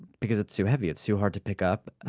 because it's too heavy, it's too hard to pick up.